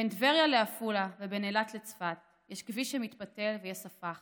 בין טבריה לעפולה ובין אילת לצפת / יש כביש שמתפתל ויש שפה אחת.